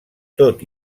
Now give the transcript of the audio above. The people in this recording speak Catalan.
tot